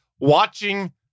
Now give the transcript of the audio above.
watching